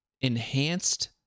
Enhanced